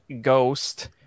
Ghost